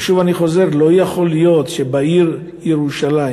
ושוב אני חוזר, לא יכול להיות שבעיר ירושלים